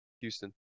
Houston